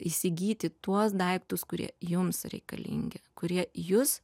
įsigyti tuos daiktus kurie jums reikalingi kurie jus